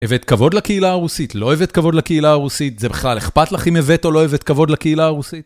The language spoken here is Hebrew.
הבאת כבוד לקהילה הרוסית, לא הבאת כבוד לקהילה הרוסית? זה בכלל אכפת לך אם הבאת או לא הבאת כבוד לקהילה הרוסית?